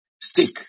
stick